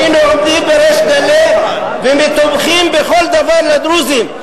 היינו עומדים בריש גלי ותומכים בכל דבר לדרוזים.